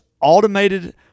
automated